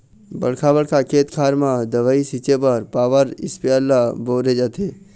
बड़का बड़का खेत खार म दवई छिंचे बर पॉवर इस्पेयर ल बउरे जाथे